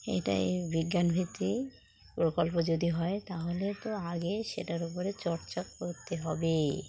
এটাই বিজ্ঞানভিত্তিক প্রকল্প যদি হয় তাহলে তো আগে সেটার ওপরে চর্চা করতে হবে